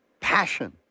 passion